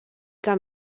que